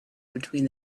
between